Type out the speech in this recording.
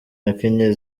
yakinnye